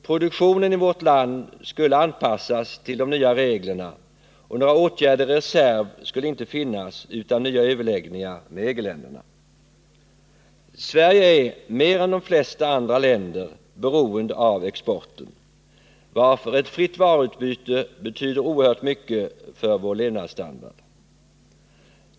Produktionen i vårt land skulle anpassas till de nya reglerna, och några skyddsåtgärder i reserv skulle inte finnas utan nya överläggningar med EG-länderna. Sverige är mer än de flesta andra länder beroende av exporten, varför ett fritt varuutbyte betyder oerhört mycket för vår levnadsstandard.